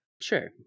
Sure